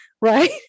right